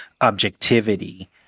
objectivity